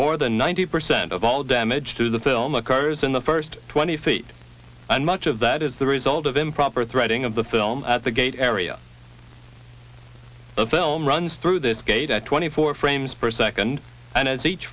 more than ninety percent of all damage to the film occurs in the first twenty feet and much of that is the result of improper threading of the film at the gate area of film runs through this gate at twenty four frames per second and as each